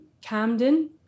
camden